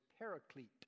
paraclete